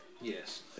Yes